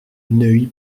neuilly